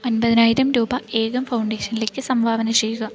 അൻപതിനായിരം രൂപ ഏകം ഫൗണ്ടേഷനിലേക്ക് സംഭാവന ചെയ്യുക